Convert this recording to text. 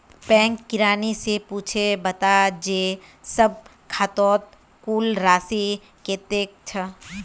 bank किरानी स पूछे बता जे सब खातौत कुल राशि कत्ते छ